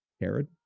Herod